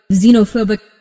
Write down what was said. xenophobic